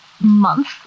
month